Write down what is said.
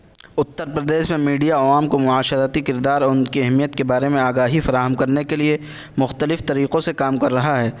اتر پردیش میں میڈیا عوام کو معاشرتی کردار اور ان کی اہمیت کے بارے میں آگاہی فراہم کرنے کے لیے مختلف طریقوں سے کام کر رہا ہے